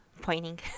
pointing